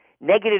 Negative